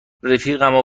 رفیقمو